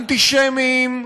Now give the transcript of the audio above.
אנטישמיים,